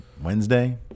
Wednesday